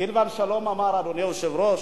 סילבן שלום אמר, אדוני היושב-ראש: